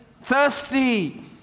Thirsty